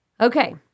Okay